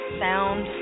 sound